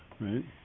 Right